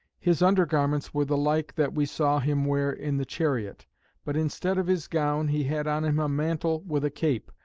his under garments were the like that we saw him wear in the chariot but instead of his gown, he had on him a mantle with a cape,